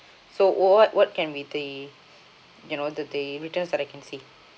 so what what can we the you know that the return that I can see